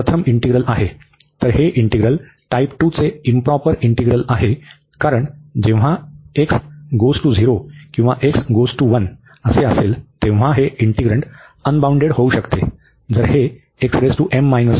तर हे integral type 2 चे इंप्रॉपर इंटीग्रल आहे कारण जेव्हा x → 0 किंवा x → 1 असेल तेव्हा हे इंटीग्रन्ड अनबाउंडेड होऊ शकते